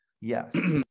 Yes